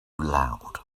loud